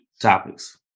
topics